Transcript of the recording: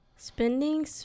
Spending